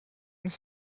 jane